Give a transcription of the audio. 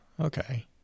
Okay